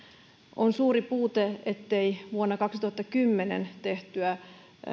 on suuri puute ettei vuonna kaksituhattakymmenen tehtyä